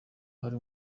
hari